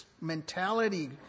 mentality